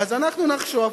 אז אנחנו נחשוב.